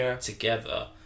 together